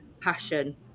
passion